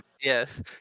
Yes